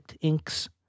inks